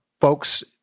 folks